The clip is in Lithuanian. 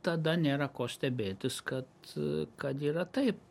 tada nėra ko stebėtis kad kad yra tai